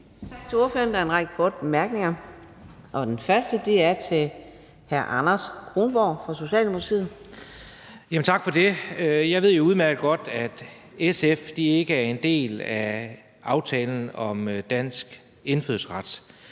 Tak for det. Jeg ved jo udmærket godt, at SF ikke er en del af aftalen om dansk indfødsret,